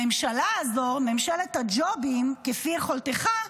הממשלה הזאת, ממשלת הג'ובים כפי יכולתך,